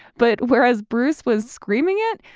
but whereas bruce was screaming it,